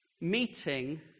meeting